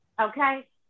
okay